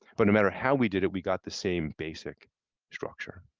but no matter how we did it, we got the same basic structure.